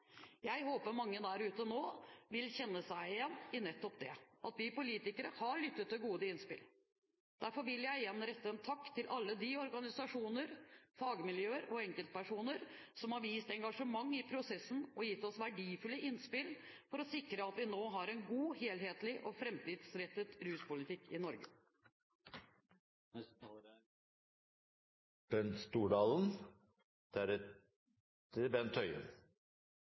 Jeg håper mange der ute nå vil kjenne seg igjen i nettopp det – at vi politikere har lyttet til gode innspill. Derfor vil jeg igjen rette en takk til alle de organisasjoner, fagmiljøer og enkeltpersoner som har vist engasjement i prosessen og gitt oss verdifulle innspill for å sikre at vi nå har en god, helhetlig og framtidsrettet ruspolitikk i Norge.